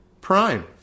Prime